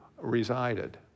resided